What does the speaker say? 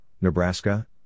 Nebraska